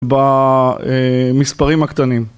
במספרים הקטנים.